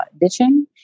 ditching